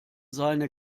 seine